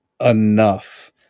enough